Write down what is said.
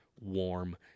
warm